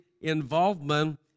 involvement